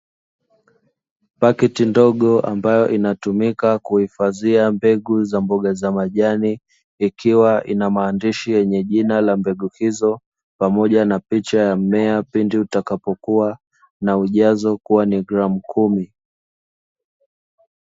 Paketi ndogo ambayo inatumika kuhifadhia mbegu za mboga za majani, ikiwa ina maandishi yenye jina la mbegu hizo pamoja na picha ya mmea pindi utakapokua na ujazo kuwa ni gramu kumi.